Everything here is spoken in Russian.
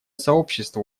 сообщество